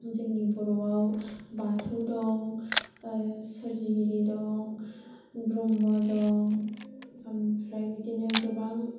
जोंनि बर'वाव बाथौ दं सोरजिगिरि दं ब्रह्म दं आम्फ्राइ बिदिनो गोबां